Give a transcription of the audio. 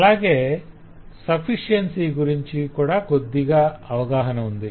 అలాగే సఫిషియన్సి గురించి కూడా కొద్దిగా అవగాహన ఉంది